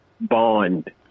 bond